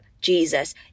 Jesus